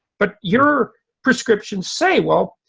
but your prescriptions say well,